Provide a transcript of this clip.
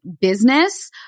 business